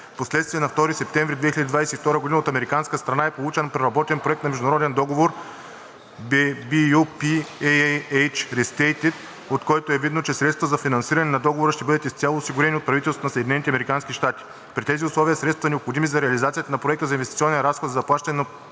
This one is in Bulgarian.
Впоследствие на 2 септември 2022 г. от американската страна е получен преработен Проект на международен договор BU-P-AAH Restated, от който е видно, че средствата за финансиране на договора ще бъдат изцяло осигурени от правителството на САЩ. При тези условия средствата, необходими за реализацията на Проекта за инвестиционен разход за заплащане по